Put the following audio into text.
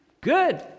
Good